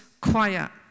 quiet